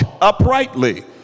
uprightly